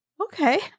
Okay